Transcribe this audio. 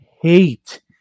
hate